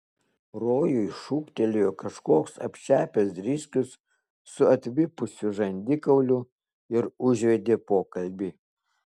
rojui šūktelėjo kažkoks apšepęs driskius su atvipusiu žandikauliu ir užvedė pokalbį